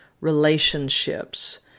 relationships